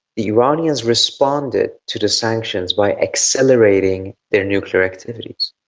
the iranians responded to the sanctions by accelerating their nuclear activities,